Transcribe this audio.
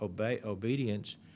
obedience